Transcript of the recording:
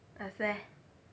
是 meh